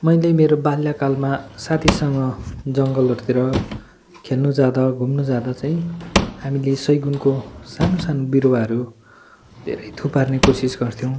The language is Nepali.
मैले मेरो बाल्यकालमा साथीसँग जङ्गलहरूतिर खेल्नु जाँदा घुम्नु जाँदा चाहिँ हामीले सैगुनको सानो सानो बिरुवाहरू धेरै थुपार्ने कोसिस गर्थ्यौँ